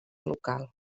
local